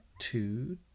two